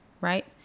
right